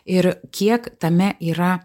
ir kiek tame yra